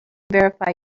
verify